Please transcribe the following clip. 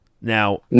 Now